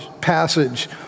passage